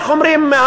איך אומרים,